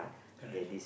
correct